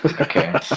Okay